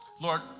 Lord